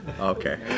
Okay